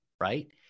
right